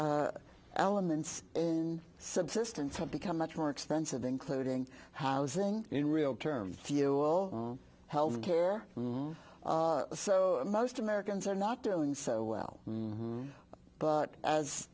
elements in subsistence have become much more expensive including housing in real terms fuel health care so most americans are not doing so well but as